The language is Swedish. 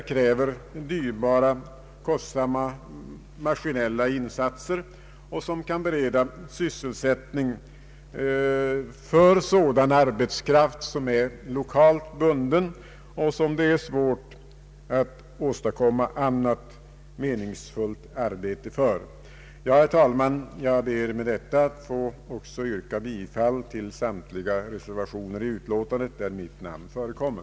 De kräver inte dyrbara maskinella insatser och kan bereda sysselsättning för lokalt bunden arbetskraft, som det är svårt att åstadkomma annat meningsfullt arbete för. Herr talman! Jag ber med detta att få yrka bifall till samtliga reservationer i utlåtandet, där mitt namn förekommer.